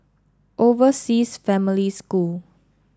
Overseas Family School